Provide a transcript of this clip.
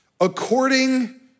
according